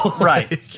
Right